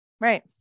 right